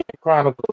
Chronicle